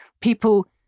people